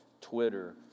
Twitter